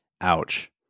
Ouch